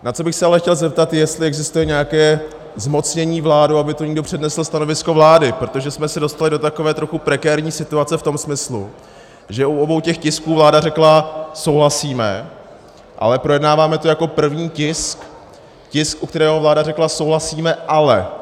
Na co bych se ale chtěl zeptat je, zda existuje nějaké zmocnění vládou, aby tu někdo přednesl stanovisko vlády, protože jsme se dostali do takové trochu prekérní situace v tom smyslu, že u obou těch tisků vláda řekla souhlasíme, ale projednáváme to jako první tisk, tisk, u kterého vláda řekla souhlasíme ale.